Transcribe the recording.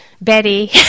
Betty